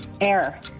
Air